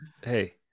hey